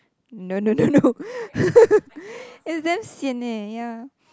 no no no no it's damn sian eh ya